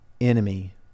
enemy